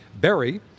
berry